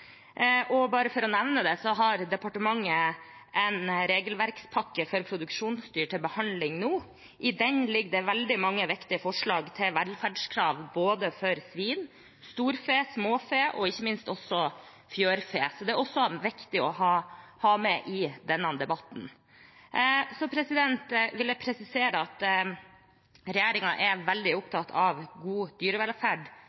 departementet nå har en regelverkspakke for produksjonsdyr til behandling. I den ligger det veldig mange viktige forslag til velferdskrav for både svin, storfe, småfe og ikke minst fjørfe, så det er også viktig å ha med i denne debatten. Jeg vil presisere at regjeringen er veldig